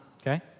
okay